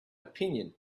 opinion